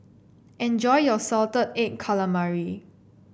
enjoy your Salted Egg Calamari